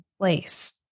place